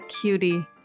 cutie